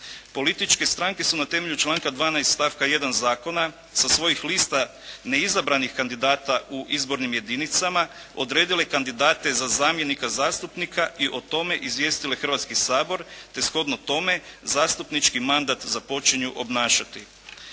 Političke stranke su na temelju članka 12. stavka 1. zakona sa svojih lista neizabranih kandidata u izbornim jedinicama odredile kandidate za zamjenika zastupnika i o tome izvijestile Hrvatski sabor te shodno tome zastupnički mandat započinju obnašati: